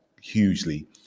hugely